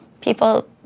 people